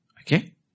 Okay